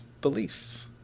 belief